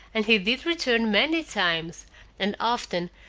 and he did return many times and often,